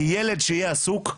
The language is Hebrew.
כי ילד שיהיה עסוק,